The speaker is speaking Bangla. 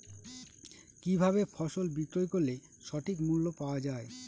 কি ভাবে ফসল বিক্রয় করলে সঠিক মূল্য পাওয়া য়ায়?